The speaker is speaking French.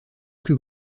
plus